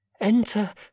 Enter